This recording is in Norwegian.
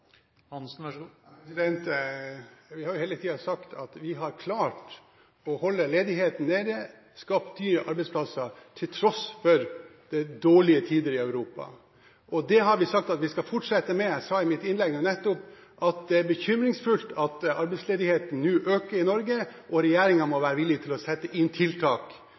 Vi har hele tiden sagt at vi har klart å holde ledigheten nede og skapt nye arbeidsplasser, til tross for dårlige tider i Europa. Det har vi sagt at vi skal fortsette med. Jeg sa i mitt innlegg nettopp at det er bekymringsfullt at arbeidsledigheten nå øker i Norge, og regjeringen må være villig til å sette inn tiltak